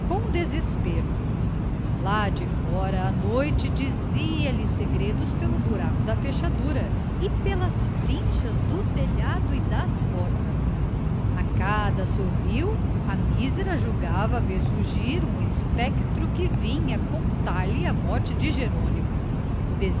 desespero lá de fora a noite dizia-lhe segredos pelo buraco da fechadura e pelas frinchas do telhado e das portas a cada assobio a mísera julgava ver surgir um espectro que vinha contar-lhe a morte de jerônimo o